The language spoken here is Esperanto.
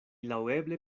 laŭeble